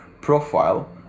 profile